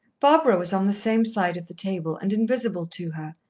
barbara was on the same side of the table and invisible to her,